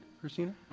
Christina